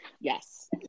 Yes